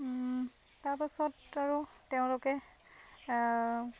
তাৰপাছত আৰু তেওঁলোকে